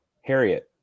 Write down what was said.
harriet